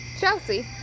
Chelsea